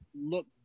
look